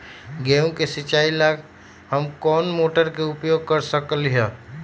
गेंहू के सिचाई ला हम कोंन मोटर के उपयोग कर सकली ह?